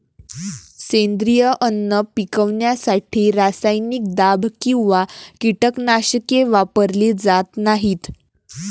सेंद्रिय अन्न पिकवण्यासाठी रासायनिक दाब किंवा कीटकनाशके वापरली जात नाहीत